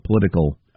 political